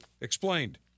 explained